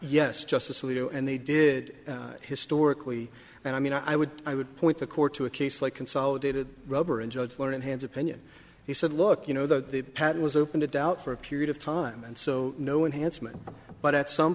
yes justice alito and they did historically and i mean i would i would point the court to a case like consolidated rubber and judge learning hands opinion he said look you know that pat was open to doubt for a period of time and so no one has met but at some